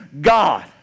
God